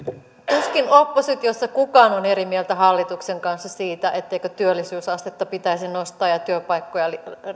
tuskin oppositiossa kukaan on eri mieltä hallituksen kanssa siitä etteikö työllisyysastetta pitäisi nostaa ja ja työpaikkoja